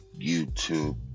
YouTube